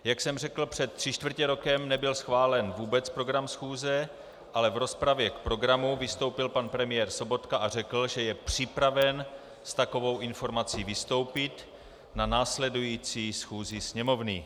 Jak jsem řekl, před tři čtvrtě rokem nebyl schválen vůbec program schůze, ale v rozpravě k programu vystoupil pan premiér Sobotka a řekl, že je připraven s takovou informací vystoupit na následující schůzi Sněmovny.